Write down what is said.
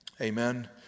Amen